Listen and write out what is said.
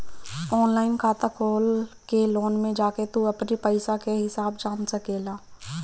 online खाता खोल के लोन में जाके तू अपनी पईसा कअ हिसाब जान सकेला